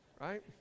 Right